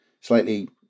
slightly